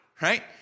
right